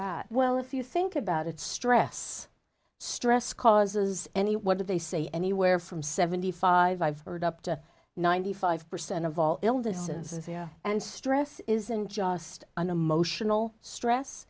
that well if you think about it stress stress causes and what do they say anywhere from seventy five up to ninety five percent of all illnesses and stress isn't just an emotional stress